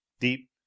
deep